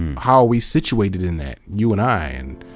and how are we situated in that? you and i. and